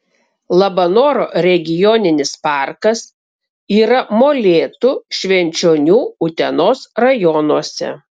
labanoro regioninis parkas yra molėtų švenčionių utenos rajonuose